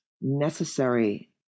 necessary